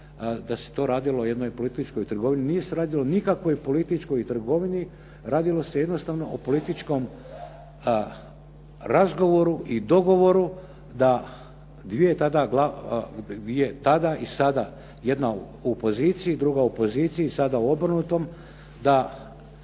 da se tu radilo o jednoj političkoj trgovini. Nije se radilo o nikakvoj političkoj trgovini. Radilo se jednostavno o političkom razgovoru i dogovoru da dvije tada i sada, jedna u poziciji, druga u opoziciji, sada u obrnutom, da